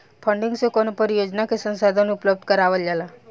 funding से कवनो परियोजना के संसाधन उपलब्ध करावल जाला